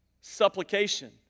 supplication